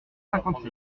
cinquante